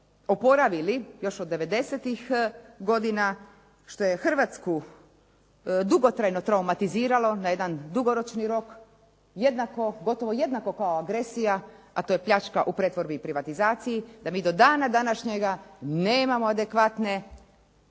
oporavili još od '90.-ih godina što je Hrvatsku dugotrajno traumatiziralo na jedan dugoročni rok, gotovo jednako kao agresija, a to je pljačka u pretvorbi i privatizaciji, da mi do dana današnjega nemamo adekvatne